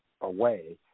away